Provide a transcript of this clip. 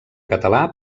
català